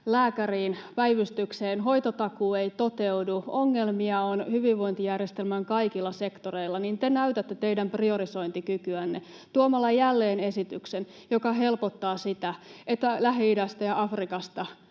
lääkäriin, päivystykseen, hoitotakuu ei toteudu, ongelmia on hyvinvointijärjestelmän kaikilla sektoreilla, te näytätte teidän priorisointikykyänne tuomalla jälleen esityksen, joka helpottaa sitä, että Lähi-idästä ja Afrikasta